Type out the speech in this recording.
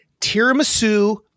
tiramisu